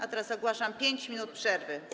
A teraz ogłaszam 5 minut przerwy.